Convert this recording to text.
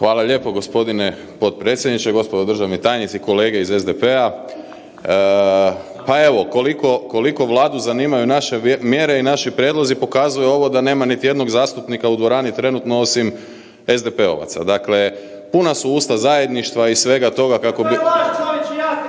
Hvala lijepo g. potpredsjedniče, gospodo državni tajnici, kolege iz SDP-a. Pa evo, koliko Vladu zanimaju naše mjere i naši prijedlozi, pokazuje ovo da nema niti jednog zastupnika u dvorani trenutno osim SDP-ovaca. Dakle, puna su usta zajedništva i svega toga